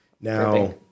Now